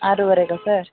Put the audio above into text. ಆರುವರೆಗಾ sir